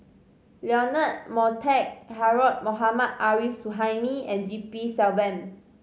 Leonard Montague Harrod Mohammad Arif Suhaimi and G P Selvam